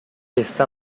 está